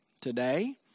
today